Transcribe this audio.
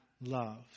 love